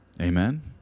Amen